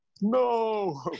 no